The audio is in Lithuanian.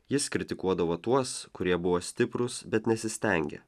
jis kritikuodavo tuos kurie buvo stiprūs bet nesistengė